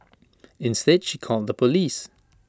instead she called the Police